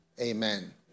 Amen